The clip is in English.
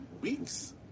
weeks